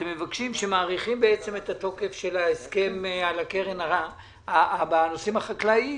אתם מבקשים שכאשר מאריכים את התוקף של ההסכם על הקרן בנושאים החקלאיים,